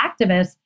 activists